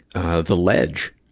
of the ledge.